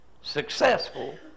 successful